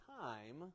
time